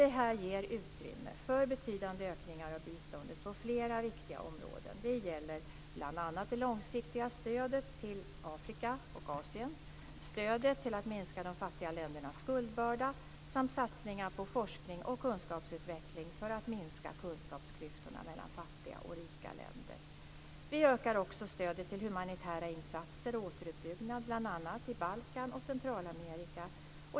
Det ger utrymme för betydande ökningar av biståndet på flera viktiga områden. Det gäller bl.a. det långsiktiga stödet till Afrika och Asien, stödet till att minska de fattiga ländernas skuldbörda samt satsningar på forskning och kunskapsutveckling för att minska kunskapsklyftorna mellan fattiga och rika länder. Vi ökar också stödet till humanitära insatser och återuppbyggnad, bl.a. i Balkan och Centralamerika.